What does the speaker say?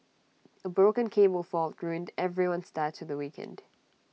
A broken cable fault ruined everyone's start to the weekend